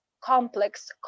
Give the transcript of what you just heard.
complex